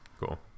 Cool